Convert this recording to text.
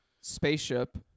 spaceship